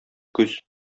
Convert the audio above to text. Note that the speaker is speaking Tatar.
күз